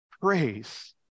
praise